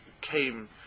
came